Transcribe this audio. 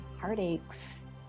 heartaches